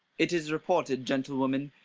it is reported, gentlewoman,